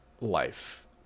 life